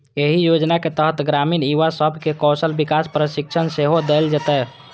एहि योजनाक तहत ग्रामीण युवा सब कें कौशल विकास प्रशिक्षण सेहो देल जेतै